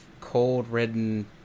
cold-ridden